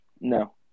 No